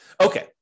Okay